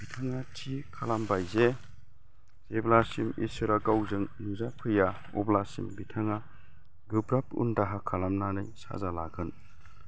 बिथाङा थि खालामबाय जे जेब्लासिम इसोरा गावजों नुजा फैया अब्लासिम बिथङा गोब्राब उनदाहा खालामनानै साजा लागोन